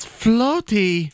floaty